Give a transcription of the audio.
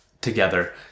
together